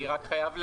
יש עוד הסתייגויות.